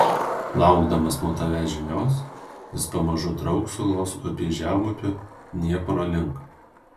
laukdamas nuo tavęs žinios jis pamažu trauks sulos upės žemupiu dniepro link